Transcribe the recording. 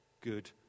good